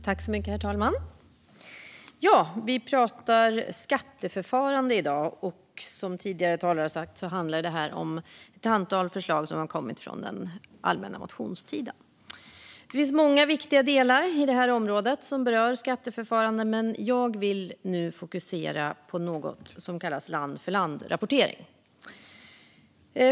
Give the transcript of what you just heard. Herr talman! Ja, vi pratar skatteförfarande i dag. Som tidigare talare sagt handlar det om ett antal förslag som kommit från den allmänna motionstiden. Det finns många viktiga delar i området som berör skatteförfarande, men jag vill fokusera på något som kallas land-för-land-rapportering.